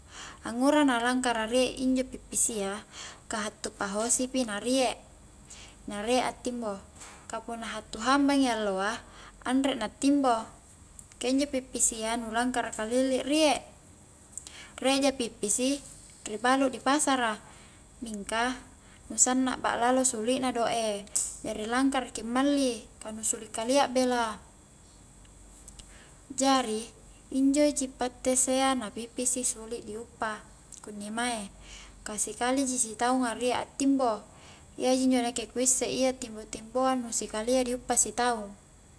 Angura na langkara riek injo pippisia ka hattu pa hosipi na riek na riek attimbo ka punna hattu hambangi alloa anre na timbo ka injo pippisia nu langkara kalilli riek riek ja pippisi ri baluk ripasara mingka nu sanna ba'lalo sulik na do e jari langkara ki ammali ka nu suli kalia bela jari injo ji pettesea na pippisi suli di uppa kunni mae, ka sikaliji si taunga riek attimbo iyaji injo ku isse iya timbo-timboa nu sikalia di uppa sitaung